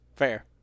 fair